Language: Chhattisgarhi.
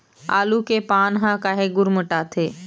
आलू के पान काहे गुरमुटाथे?